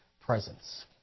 presence